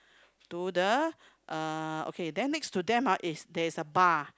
to the uh okay then next to them ah is there is a bar